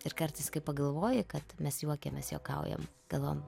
ir kartais kai pagalvoji kad mes juokiamės juokaujam kalbam